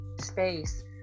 space